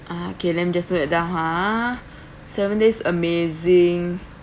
uh okay let me just note that down ha seven days amazing